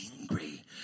angry